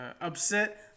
upset